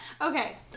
Okay